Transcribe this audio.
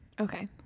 Okay